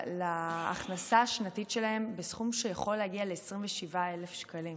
להכנסה השנתית שלהם בסכום שיכול להגיע ל-27,000 שקלים.